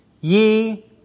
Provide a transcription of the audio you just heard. ye